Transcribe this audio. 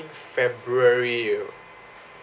february